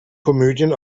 komödien